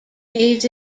pays